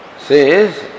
Says